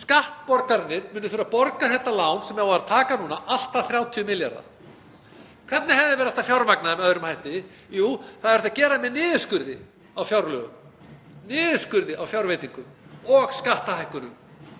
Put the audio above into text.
Skattborgararnir munu þurfa að borga þetta lán sem á að taka núna, allt að 30 milljarða. Hvernig hefði verið hægt að fjármagna þetta með öðrum hætti? Jú, það hefði verið hægt að gera með niðurskurði á fjárlögum, niðurskurði á fjárveitingum og skattahækkunum.